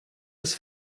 des